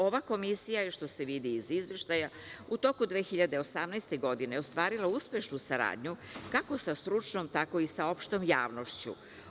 Ova komisija je, što se vidi iz Izveštaja, u toku 2018. godine ostvarila uspešnu saradnju kako sa stručnom, tako i sa opštom javnošću.